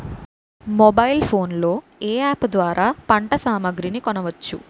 Mobile phone లో ఏ app ద్వారా పంట సామాగ్రి కొనచ్చు?